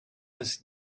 this